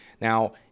Now